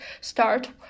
start